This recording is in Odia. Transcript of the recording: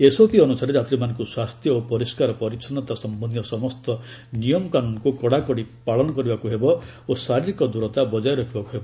ଏସ୍ଓପି ଅନୁସାରେ ଯାତ୍ରୀମାନଙ୍କୁ ସ୍ୱାସ୍ଥ୍ୟ ଓ ପରିଷ୍କାରପରିଚ୍ଛନ୍ନତା ସମ୍ଭନ୍ଧୀୟ ସମସ୍ତ ନୀୟମକାନୁନ୍କୁ କଡ଼ାକଡ଼ି ପାଳନ କରିବାକୁ ହେବ ଓ ଶାରୀରିକ ଦୂରତା ବକାୟ ରଖିବାକୁ ହେବ